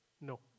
No